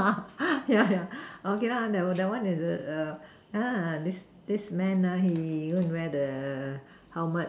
!huh! yeah yeah okay lah that that one is err yeah this this man ah he go and wear the helmet